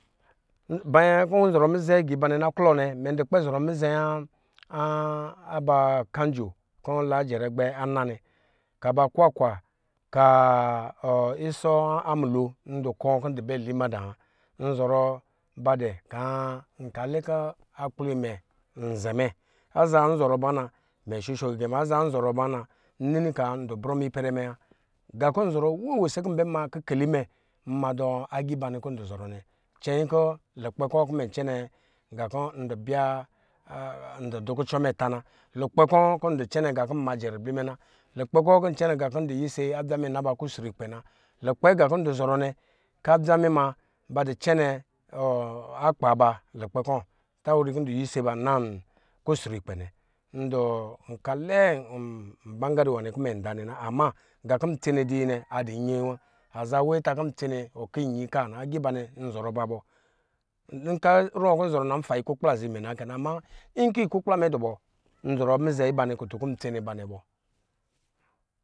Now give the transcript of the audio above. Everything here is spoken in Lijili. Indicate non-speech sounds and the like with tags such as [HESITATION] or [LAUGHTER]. Mbaya kɔ nzɔrɔ mizɛ aga iba nɛ klɔ nɛ mɛ dɔ kpɛ zɔrɔ mizɛ [HESITATION] kanɔo kɔ la jɛrɛ gbɛ ana nɛ kaba kwakwa, ka isɔ amulo ndɔ kɔɔ kɔ n du bɛ li mada, nzɔrɔ ba dɛ ka alɛ kɔ a kplɔ imɛ nzɛ mɛ, aza kɔ nzɔrɔ ba na mɛn shushɔ gige muna, aza kɔ nzɔrɔ ba na, mɛ ni ndɔ brɔ ma ipɛrɛ me wa. Nga kɔ nzɔrɔ wee we sekɔ nma kileli mɛ nma da agiiba nɛ kɔ ndɔ zɔrɔ nɛ cɛnyi kɔ mɛ cɛnɛ nga kɔ ndɔ biya ndɔ du kucɔ mɛ tā na, lukpɛ kɔ wa kɔ ndɔ cɛnɛ gan kɔ nduma jɛribli na, lukpɛ kɔ wa kɔ ndɔ sise adzamɛ na ba kusrukpɛ na, lukpɛ gar kɔ ndɔ zɔrɔ nɛ kɔ adza mɛ ba du cɛnɛ akpa ba lukpɛ kɔ tawuri kɔ ndɔ yise ba nan kusrukpɛ nɛ ndu nka lɛɛ nbangeri nwa nɛ kɔ mɛn da na ama nwan kɔ mɛ tsene wanɛ du yi nɛ adɔ nyee wa aza wee takɔ ntsene ɔk a inyi ka wana, agalba nɛ ndu zɔrɔ ba bɔ, [HESITATION] ruwɔ kɔ nɔɔ rɔn iba na afa na ikuke la azaa imɛ na kɛ na ama nkɔ ikukpla adubɔ nzɔrɔ mizɛ ibanɛ kutur